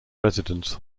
residence